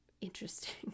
interesting